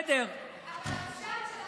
אבל הפשט של החוק הזה,